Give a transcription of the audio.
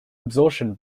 absorption